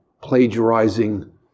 Plagiarizing